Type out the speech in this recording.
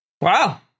Wow